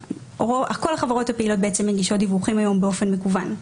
כל החברות הפעילות בעצם מגישות דיווחים היום באופן מקוון.